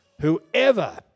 Whoever